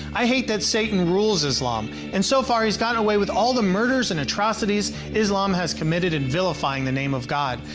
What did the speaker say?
i hate that satan rules islam, and so far he's gotten away with all the murders and atrocities islam has committed in vilifying the name of god.